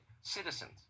citizens